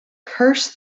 curse